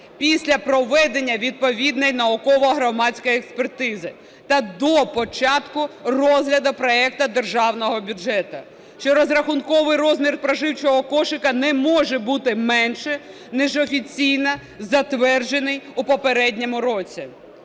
після проведення відповідної науково-громадської експертизи та до початку розгляду проекту державного бюджету. Що розрахунковий розмір споживчого кошика не може бути менше, ніж офіційно затверджений у попередньому році.